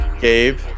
Gabe